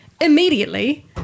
immediately